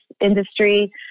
industry